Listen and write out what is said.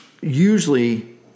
usually